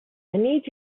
need